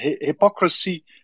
hypocrisy